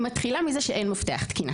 היא מתחילה מזה שאין מפתח תקינה